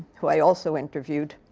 who i also interviewed,